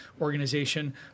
organization